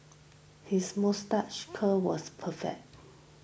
his moustache curl was perfect